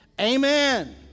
Amen